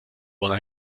wollen